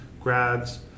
grads